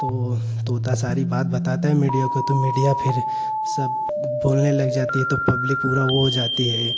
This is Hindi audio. तो तोता सारी बात बताता है मीडिया को तो मीडिया फ़िर सब बोलने लग जाती है तो पब्लिक पूरा वह हो जाती है